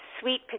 sweet